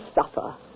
suffer